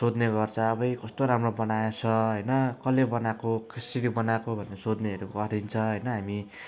सोध्ने गर्छ अब यो कस्तो राम्रो बनाएछ होइन कसले बनाएको कसरी बनाएको भनेर सोध्नेहरू गरिन्छ होइन हामी